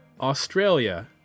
Australia